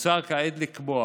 כעת מוצע לקבוע